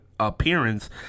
appearance